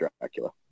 dracula